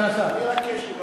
אני מאפשר לך לפנים משורת הדין.